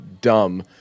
dumb